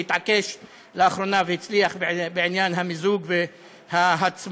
שהתעקש לאחרונה והצליח בעניין המיזוג וההצמדה,